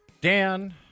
Dan